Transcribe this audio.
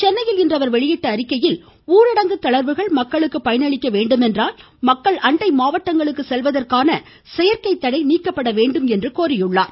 சென்னையில் இன்று அவர் வெளியிட்டுள்ள அறிக்கையில் ஊரடங்கு தளா்வுகள் மக்களுக்கு பயனளிக்க வேண்டுமென்றால் மக்கள் அண்டை மாவட்டங்களுக்கு செல்வதற்கான இந்த செயற்கை தடை நீக்கப்பட வேண்டும் என்று கோரியிருக்கிறார்